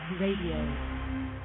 Radio